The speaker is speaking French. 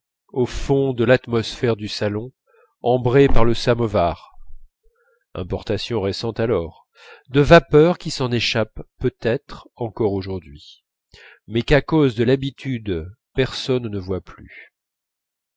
au fond de l'atmosphère du salon ambrée par le samovar importation récente alors de vapeurs qui s'en échappent peut-être encore aujourd'hui mais qu'à cause de l'habitude personne ne voit plus